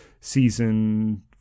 season